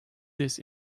this